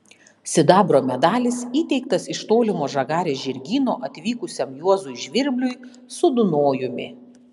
sidabro medalis įteiktas iš tolimo žagarės žirgyno atvykusiam juozui žvirbliui su dunojumi